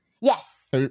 Yes